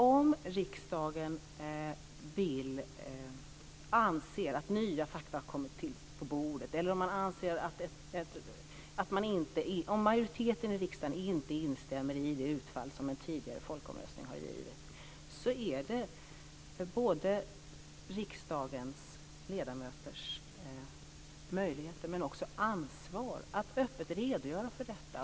Om riksdagen anser att nya fakta har kommit på bordet eller om majoriteten i riksdagen inte instämmer i det utfall som en tidigare folkomröstning har givit, har riksdagsledamöterna både möjligheten och ansvaret att öppet redogöra för detta.